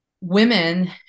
women